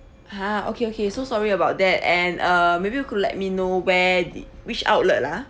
!huh! okay okay so sorry about that and uh maybe you could let me know where did which outlet lah ah